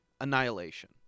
Annihilation